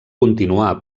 continuà